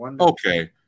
okay